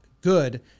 good